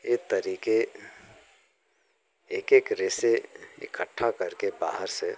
ये तरीके एक एक रेशें इकट्ठा करके बाहर से